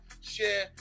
share